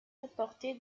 remporté